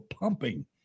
pumping